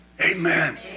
Amen